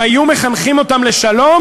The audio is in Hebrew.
אם היו מחנכים אותם לשלום,